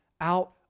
out